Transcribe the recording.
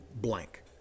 blank